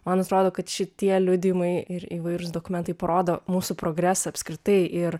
man atrodo kad šitie liudijimai ir įvairūs dokumentai parodo mūsų progresą apskritai ir